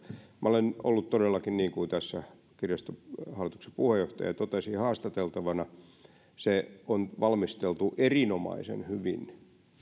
minä olen ollut todellakin niin kuin tässä kirjaston hallituksen puheenjohtaja totesi haastateltavana haastattelupuoli on valmisteltu erinomaisen hyvin